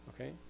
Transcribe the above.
okay